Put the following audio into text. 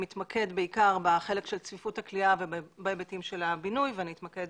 מתמקד בעיקר בחלק של צפיפות הכליאה ובהיבטים של הבינוי ואני אתמקד